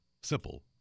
Simple